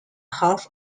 half